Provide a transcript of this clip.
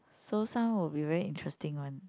so some will be very interesting one